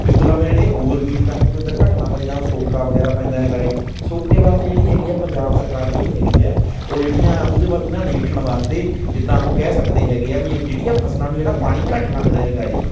ਇਸ ਤੋਂ ਇਲਾਵਾ ਜਿਹੜੇ ਹੋਰ ਵੀ ਜਿੱਦਾਂ ਹੁਣ ਕੋਈ ਦੁਰਘਟਨਾਵਾਂ ਜਿੱਦਾਂ ਸੋਕਾ ਵਗੈਰਾ ਪੈਂਦਾ ਹੈਗਾ ਹੈ ਸੋਕੇ ਵਾਸਤੇ ਜਿਹੜੀ ਹੈਗੀ ਹੈ ਪੰਜਾਬ ਸਰਕਾਰ ਜਿਹੜੀ ਹੈਗੀ ਹੈ ਉਹ ਜਿਹੜੀਆਂ ਉਹਦੇ ਬਾ ਉਹਦੇ ਨਾਲ ਨਜਿੱਠਣ ਵਾਸਤੇ ਜਿੱਦਾਂ ਉਹ ਕਹਿ ਸਕਦੇ ਹੈਗੇ ਹੈ ਵੀ ਜਿ ਜਿਹੜੀਆਂ ਫ਼ਸਲਾਂ ਨੂੰ ਜਿਹੜਾ ਪਾਣੀ ਘੱਟ ਲੱਗਦਾ ਹੈਗਾ ਹੈ